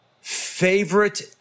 Favorite